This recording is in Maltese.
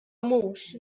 mhux